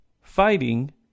fighting